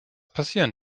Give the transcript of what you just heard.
passieren